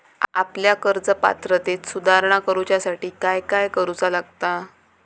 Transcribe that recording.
आपल्या कर्ज पात्रतेत सुधारणा करुच्यासाठी काय काय करूचा लागता?